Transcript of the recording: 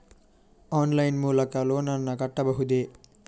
Online line ಮೂಲಕ loan ನನ್ನ ಕಟ್ಟಬಹುದೇ?